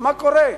מה קורה.